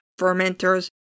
fermenters